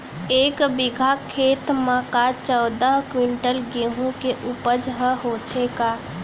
एक बीघा खेत म का चौदह क्विंटल गेहूँ के उपज ह होथे का?